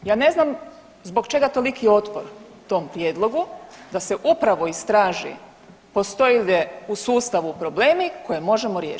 Ja ne znam zbog čega toliko otpor tom prijedlogu da se upravo istraži postoji li u sustavu problemi koje možemo riješiti?